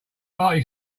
hearty